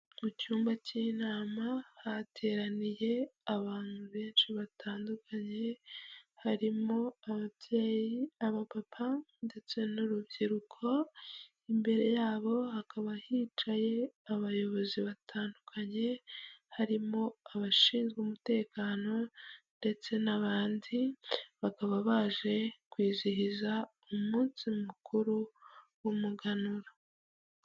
Mu cyumba cy'inama hateraniye abantu benshi batandukanye harimo ababyeyi, abapapa ndetse n'urubyiruko, imbere yabo hakaba hicaye abayobozi batandukanye harimo abashinzwe umutekano ndetse n'abandi bakaba baje kwizihiza umunsi mukuru w'umuganura.